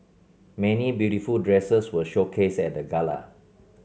many beautiful dresses were showcased at the gala